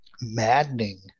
maddening